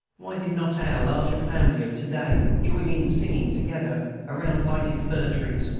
why did not our larger family of to-day join in singing together around lighted fir-trees?